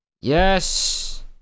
Yes